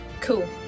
Cool